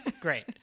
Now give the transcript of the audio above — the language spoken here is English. Great